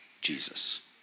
Jesus